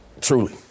truly